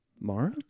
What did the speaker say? Mara